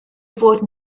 wurden